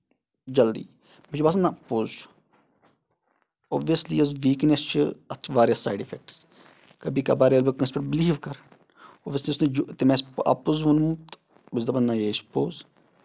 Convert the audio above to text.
جلدی مےٚ چھُ باسان نہ پوٚز چھُ اوبویسلی یۄس ویٖکنیس چھِ اَتھ چھِ واریاہ سایڈافیکٹٕس کَبھی کَبار ییٚلہِ بہٕ کٲنسہِ پٮ۪ٹھ بِلیٖو کَرٕ اوبویسلی تٔمۍ آسہِ اَپُز ووٚنمُت بہٕ چھُس دَپان نہ یہِ چھُ پوٚز